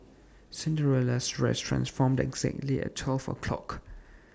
Cinderella's dress transformed exactly at twelve o' clock